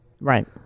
Right